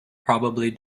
probably